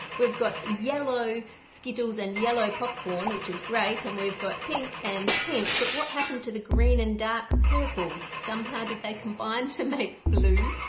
we've got yellow skittles and yellow popcorn which is great and we've got pink and pink but what happened to the green and dark purple? somehow did they combine to make blue?